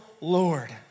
Lord